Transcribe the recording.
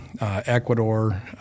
Ecuador